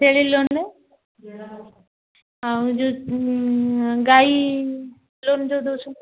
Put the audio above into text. ଛେଳି ଲୋନ୍ରେ ଆଉ ଯେଉଁ ଗାଈ ଲୋନ୍ ଯେଉଁ ଦେଉଛନ୍ତି